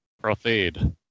Proceed